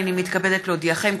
הינני מתכבדת להודיעכם,